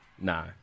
No